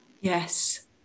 yes